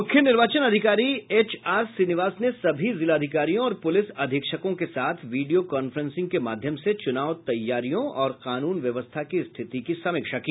मुख्य निर्वाचन अधिकारी एच आर श्रीनिवास ने सभी जिलाधिकारियों और पुलिस अधीक्षकों के साथ विडियोकांफ्रेंसिंग के माध्यम से चूनाव तैयारियों की समीक्षा की और कानून व्यवस्था की स्थिति की समीक्षा की